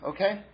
Okay